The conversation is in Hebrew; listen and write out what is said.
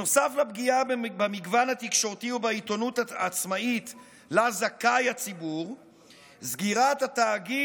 נוסף לפגיעה במגוון התקשורתי ובעיתונות העצמאית שהציבור זכאי להם,